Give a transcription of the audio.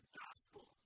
gospel